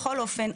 בכל אופן,